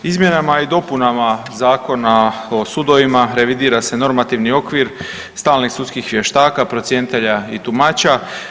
Izmjenama i dopunama Zakona o sudovima revidira se normativni okvir stalnih Sudskih vještaka, procjenitelja i tumača.